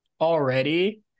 already